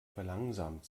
verlangsamt